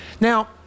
Now